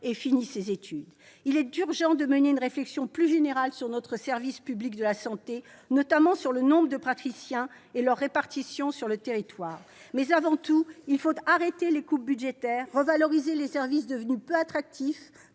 ait fini ses études. Il est urgent de mener une réflexion plus générale sur notre service public de la santé, notamment sur le nombre de praticiens et leur répartition sur le territoire. Mais avant tout, il faut arrêter les coupes budgétaires, revaloriser les services devenus peu attractifs